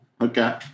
okay